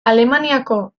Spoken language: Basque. alemaniako